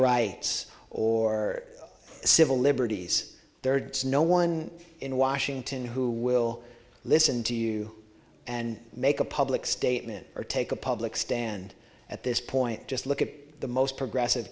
rights or civil liberties thirds no one in washington who will listen to you and make a public statement or take a public stand at this point just look at the most progressive